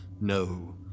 No